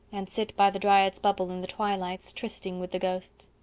and sit by the dryad's bubble in the twilights, trysting with the ghosts.